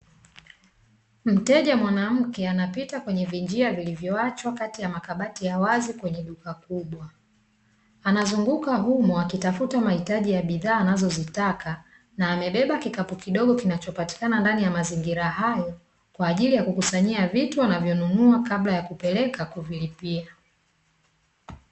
Mteja mwanamke anapita kwenye vinjia vilivyoachwa kati ya makabati ya wazi kwenye duka kubwa, anazunguka humo akitafuta mahitaji ya bidhaa anazozitaka na amebeba kikapu kidogo kinachopatikana ndani ya mazingira hayo kwa ajili ya kukusanyia vitu anavyonunua kabla ya kupeleka kwa kuvilipia.